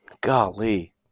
Golly